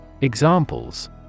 Examples